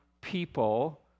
people